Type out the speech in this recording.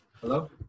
Hello